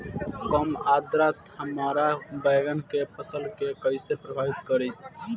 कम आद्रता हमार बैगन के फसल के कइसे प्रभावित करी?